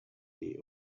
day